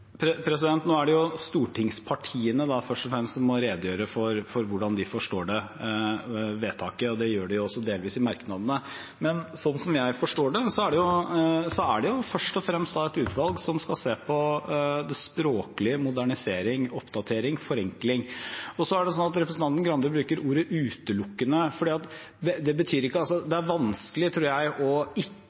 Nå er det først og fremst stortingspartiene som må redegjøre for hvordan de forstår vedtaket, og det gjør de delvis i merknadene. Sånn jeg forstår det, er det først og fremst et utvalg som skal se på det språklige – modernisering, oppdatering, forenkling. Representanten Grande bruker ordet «utelukkende». Det kan godt hende at et sånt utvalg, hvor tanken er at også partene skal være representert, vil finne at det er områder hvor man også, for å